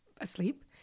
asleep